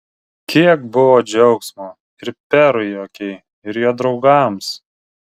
kiek buvo džiaugsmo ir perui okei ir jo draugams